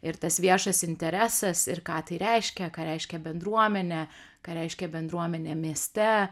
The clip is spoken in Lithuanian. ir tas viešas interesas ir ką tai reiškia ką reiškia bendruomenė ką reiškia bendruomenė mieste